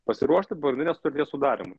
pasiruošti pagrindinės sudarymui